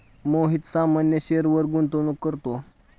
मोहित सामान्य शेअरवर गुंतवणूक करतो